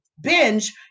binge